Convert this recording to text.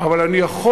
ואני לא מציע להחרים.